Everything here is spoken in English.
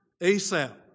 Asap